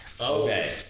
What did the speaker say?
Okay